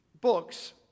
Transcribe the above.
books